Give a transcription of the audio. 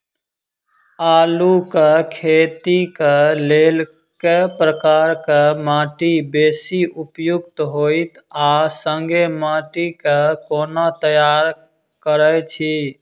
आलु केँ खेती केँ लेल केँ प्रकार केँ माटि बेसी उपयुक्त होइत आ संगे माटि केँ कोना तैयार करऽ छी?